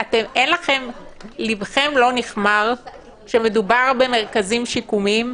לבכם לא נכמר כשמדובר במרכזים שיקומיים?